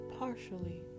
partially